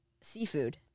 seafood